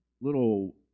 little